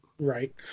right